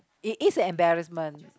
it is a embarrassment